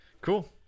Cool